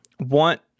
want